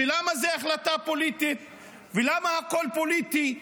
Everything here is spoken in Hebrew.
למה זאת החלטה פוליטית ולמה הכול פוליטי.